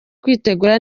kwitegura